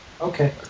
Okay